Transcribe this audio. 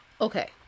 Okay